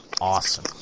awesome